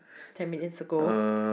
ten minutes ago